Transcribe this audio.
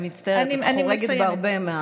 אני מצטערת, את חורגת בהרבה מההליך.